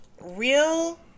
real